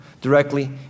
directly